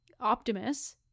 Optimus